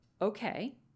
okay